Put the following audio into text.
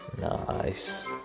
nice